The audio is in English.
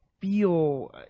feel